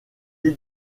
est